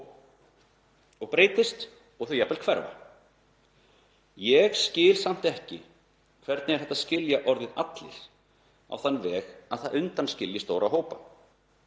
og breytist og þau jafnvel hverfi. Ég skil samt ekki hvernig hægt er að skilja orðið allir á þann veg að það undanskilji stóra hópa.